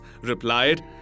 replied